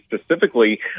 specifically